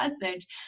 message